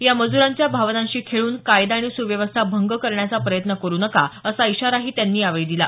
या मज्रांच्या भावनांशी खेळून कायदा आणि सुव्यवस्था भंग करण्याचा प्रयत्न करु नका असा इशाराही त्यांनी यावेळी दिला